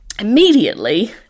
immediately